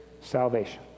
salvation